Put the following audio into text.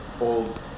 old